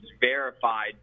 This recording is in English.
verified